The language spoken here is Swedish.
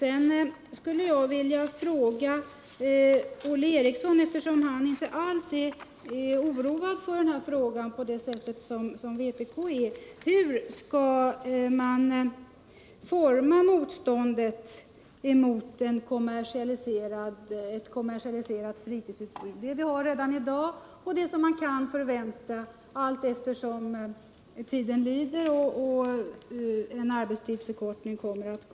Eftersom Olle Eriksson inte alls är lika oroad över denna fråga som vpk vill jag fråga honom: Hur skall man forma motståndet mot ett kommersialiserat fritidsutbud, det som vi har i dag och det som vi kan vänta allteftersom tiden lider och en arbetstidsförkortning kommer?